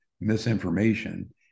misinformation